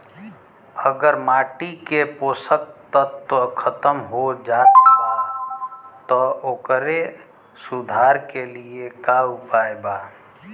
अगर माटी के पोषक तत्व खत्म हो जात बा त ओकरे सुधार के लिए का उपाय बा?